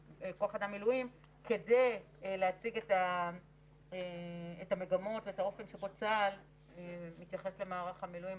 מילואים כדי להציג את המגמות ואת האופן שבו צה"ל מתייחס למערך המילואים.